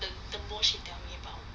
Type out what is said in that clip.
the the more shit 她 give up